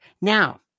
Now